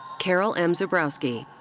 carol m. zubrowski.